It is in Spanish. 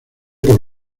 por